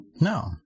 No